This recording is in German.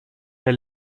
der